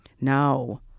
No